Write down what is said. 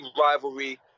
rivalry